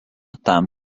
tam